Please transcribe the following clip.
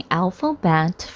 alphabet